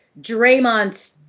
Draymond